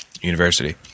University